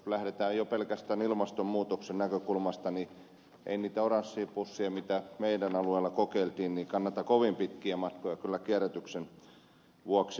jos lähdetään pelkästään ilmastonmuutoksen näkökulmasta niin ei niitä oransseja pusseja mitä meidän alueella kokeiltiin kannata kovin pitkiä matkoja kyllä kierrätyksen vuoksi kuljetella